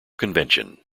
convention